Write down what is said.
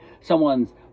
someone's